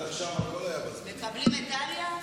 מקבלים מדליה?